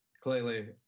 Clearly